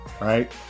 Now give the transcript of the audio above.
right